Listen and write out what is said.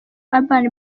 urban